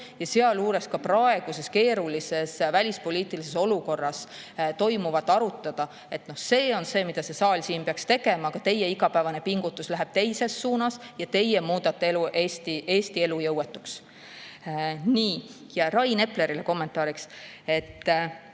ja sealjuures praeguses keerulises välispoliitilises olukorras toimuvat arutada – see on see, mida see saal peaks tegema. Aga teie igapäevane pingutus läheb teises suunas ja teie muudate Eesti elujõuetuks. Ja Rain Eplerile kommentaariks: